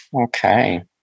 Okay